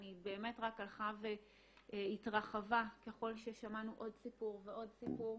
היא באמת רק הלכה והתרחבה ככל ששמענו עוד סיפור ועוד סיפור.